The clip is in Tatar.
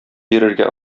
бирергә